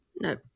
No